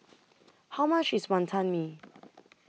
How much IS Wantan Mee